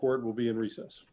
court will be in recess